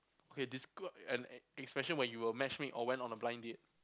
okay describe an an expression when you were matchmade or went on a blind date